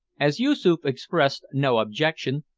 as yoosoof expressed no objection,